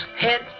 head